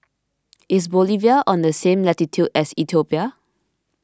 is Bolivia on the same latitude as Ethiopia